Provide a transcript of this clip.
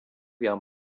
jam